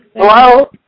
hello